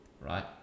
right